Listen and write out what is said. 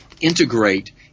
integrate